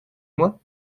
moi